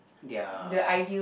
their